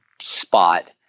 spot